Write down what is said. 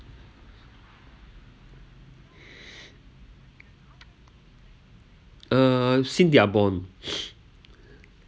uh since they're born